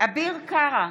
אביר קארה,